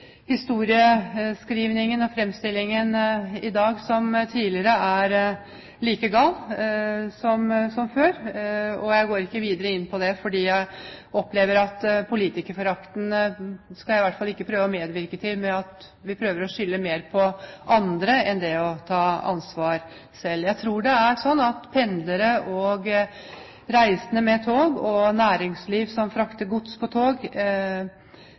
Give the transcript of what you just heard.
historieskrivningen og fremstillingen hans i dag er, som tidligere, like gal. Jeg går ikke videre inn på det, for politikerforakt skal jeg i hvert fall prøve ikke å medvirke til ved å skylde mer på andre enn å ta ansvar selv. Jeg tror det er sånn at pendlere og reisende med tog og næringsliv som frakter gods på tog,